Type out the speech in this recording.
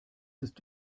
ist